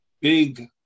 Big